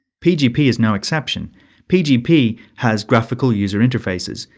pgp is no exception pgp has graphical user interfaces,